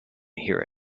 hear